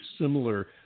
similar